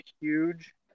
huge